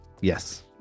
Yes